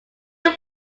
your